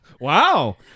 wow